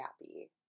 happy